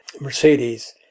Mercedes